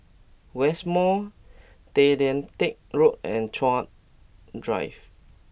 West Mall Tay Lian Teck Road and Chuan Drive